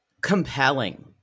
Compelling